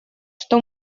что